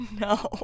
No